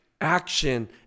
action